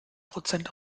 prozent